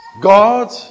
God